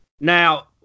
Now